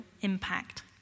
impact